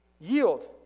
yield